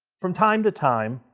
from time to time